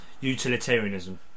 utilitarianism